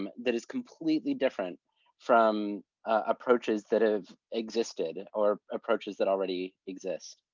um that is completely different from approaches that have existed or approaches that already exist.